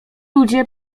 ludzie